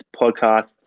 podcast